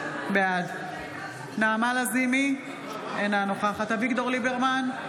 בעד נעמה לזימי, אינה נוכחת אביגדור ליברמן,